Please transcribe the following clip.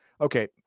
Okay